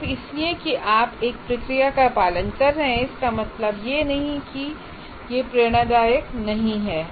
सिर्फ इसलिए कि आप एक प्रक्रिया का पालन कर रहे हैं इसका मतलब यह नहीं है कि यह प्रेरणादायक नहीं है